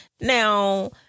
Now